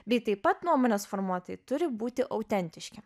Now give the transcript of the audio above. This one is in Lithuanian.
bei taip pat nuomonės formuotojai turi būti autentiški